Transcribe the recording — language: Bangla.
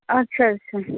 আচ্ছা আচ্ছা